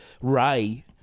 Ray